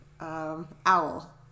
owl